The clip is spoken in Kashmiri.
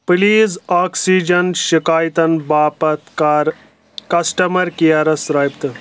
پلیٖز آکسِجن شِکایتَن باپتھ کَر کسٹمر کیرس رٲبطہٕ